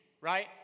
right